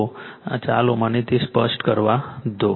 તો ચાલો મને તે સ્પષ્ટ કરવા દો